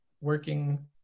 working